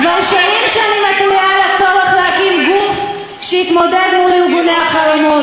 כבר שנים אני מתריעה על הצורך להקים גוף שיתמודד מול ארגוני החרמות.